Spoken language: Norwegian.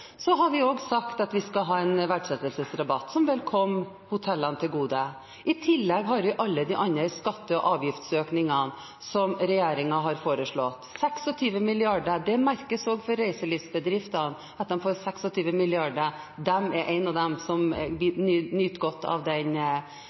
Så har vi også sagt at vi skal ha en verdsettelsesrabatt som vil komme hotellene til gode. I tillegg har vi alle de andre skatte- og avgiftsøkningene som regjeringen har foreslått. 26 mrd. kr. Det merkes også for reiselivsbedriftene at de får 26 mrd. kr. De er blant dem som